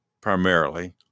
primarily